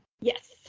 Yes